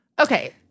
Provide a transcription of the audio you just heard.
Okay